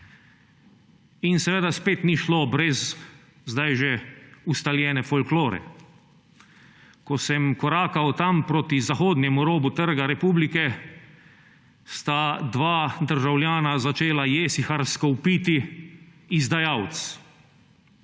In seveda spet ni šlo brez zdaj že ustaljene folklore. Ko sem korakal proti zahodnemu robu Trga republike, sta dva državljana začela jesiharsko vpiti – izdajalec.